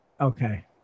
Okay